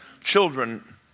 Children